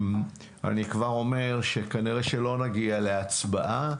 אני כבר אומר שכנראה לא נגיע להצבעה.